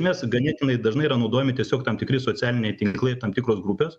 nes ganėtinai dažnai yra naudojami tiesiog tam tikri socialiniai tinklai tam tikros grupės